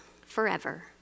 forever